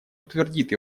утвердит